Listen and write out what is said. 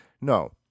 No